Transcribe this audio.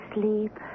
sleep